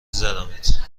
زدمت